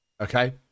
Okay